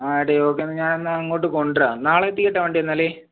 അ എട്ടോ എന്നാൽ ഞാൻ അങ്ങോട്ട് കൊണ്ട് വരാം നാളെ എത്തിക്കട്ടെ വണ്ടി എന്നാൽ